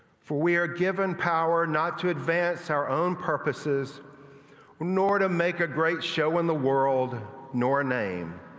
for we are given power not to advance our own purposes nor to make a great show in the world nor name.